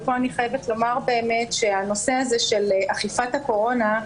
פה אני חייבת לומר שהנושא של אכיפת הקורונה,